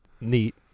neat